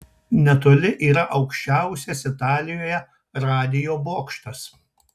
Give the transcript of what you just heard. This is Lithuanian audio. netoli yra aukščiausias italijoje radijo bokštas